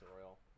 Royal